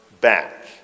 back